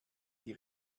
die